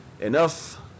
enough